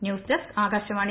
news desk Akashvani